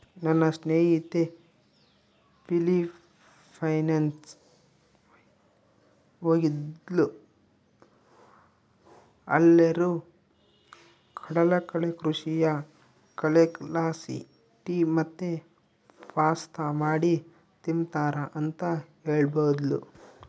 ನನ್ನ ಸ್ನೇಹಿತೆ ಫಿಲಿಪೈನ್ಸ್ ಹೋಗಿದ್ದ್ಲು ಅಲ್ಲೇರು ಕಡಲಕಳೆ ಕೃಷಿಯ ಕಳೆಲಾಸಿ ಟೀ ಮತ್ತೆ ಪಾಸ್ತಾ ಮಾಡಿ ತಿಂಬ್ತಾರ ಅಂತ ಹೇಳ್ತದ್ಲು